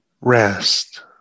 rest